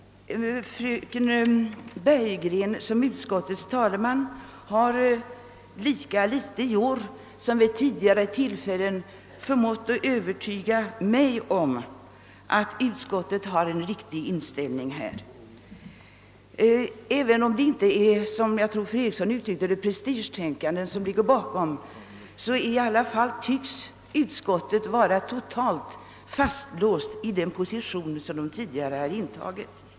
Fröken Bergegren som utskottets talesman har lika litet i år som vid tidigare tillfällen förmått övertyga mig om att utskottets inställning är riktig. Även om det inte är, som fru Eriksson i Stockholm sade, prestigetänkande som ligger bakom ställningstagandet, tycks utskottet i varje fall vara fastlåst i den position som det tidigare intagit.